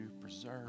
preserve